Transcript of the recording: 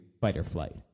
fight-or-flight